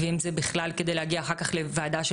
ואם זה בכלל כדי להגיע אחר כך לוועדה של